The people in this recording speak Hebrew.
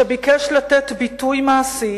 שביקש לתת ביטוי מעשי